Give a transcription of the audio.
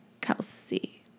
Kelsey